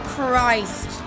Christ